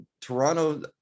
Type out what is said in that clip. Toronto